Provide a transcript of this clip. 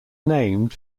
named